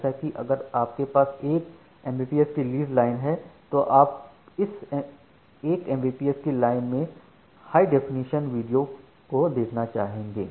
जैसे कि अगर आपके पास 1 एमबीपीएस की लीज लाइन है तो आप इस 1 एमबीपीएस की लाइन से हाई डेफिनेशन वीडियो को देखना चाहेंगे